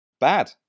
Bad